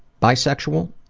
bisexual,